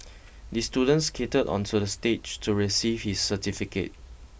the student skated onto the stage to receive his certificate